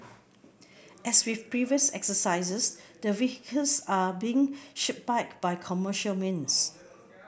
as with previous exercises the vehicles are being shipped back by commercial means